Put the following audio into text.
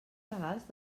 legals